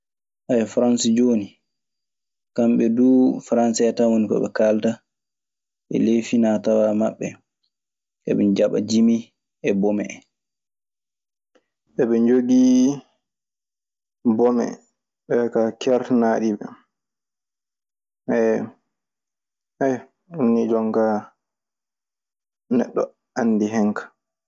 Faranse jooni, kamɓe duu faranse tan woni ko ɓe kaalata. E ley finaa tawaa maɓɓe, eɓe njaɓa jimi e bome en. Eɓe njogii bomee, ɗee ka kertanaaɗi ɓe. Aya ɗum ni jonka neɗɗo anndi hen ka.